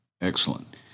Excellent